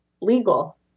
legal